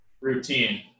routine